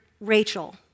Rachel